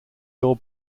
your